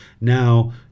now